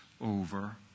over